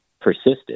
persisted